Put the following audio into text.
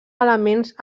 elements